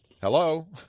Hello